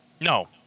No